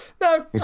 No